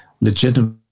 legitimate